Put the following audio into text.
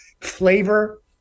flavor